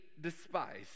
despised